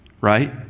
right